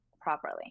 properly